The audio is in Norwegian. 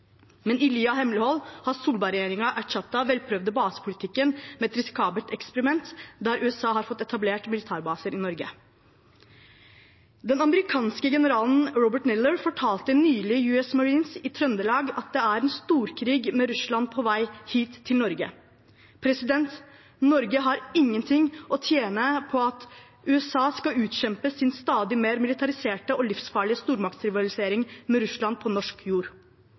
men i ly av hemmelighold har Solberg-regjeringen erstattet den velprøvde basepolitikken med et risikabelt eksperiment der USA har fått etablert militærbaser i Norge. Den amerikanske generalen Robert Miller fortalte nylig US Marines i Trøndelag at det er en storkrig med Russland på vei hit til Norge. Norge har ingenting å tjene på at USA skal utkjempe sin stadig mer militariserte og livsfarlige stormaktrivalisering med Russland på norsk jord.